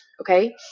Okay